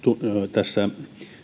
tässä